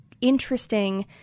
interesting